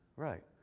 right.